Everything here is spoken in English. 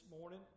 morning